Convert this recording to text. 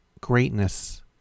greatness